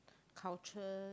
culture